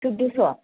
सैदोस'